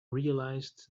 realised